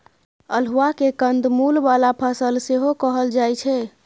अल्हुआ केँ कंद मुल बला फसल सेहो कहल जाइ छै